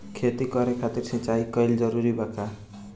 खेती करे खातिर सिंचाई कइल जरूरी बा का?